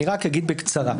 אגיד בקצרה,